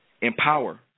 empower